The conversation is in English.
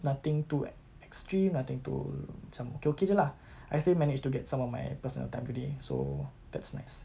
nothing too extreme nothing to some macam okay okay jer lah I still managed to get some of my personal time today so that's nice